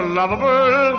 lovable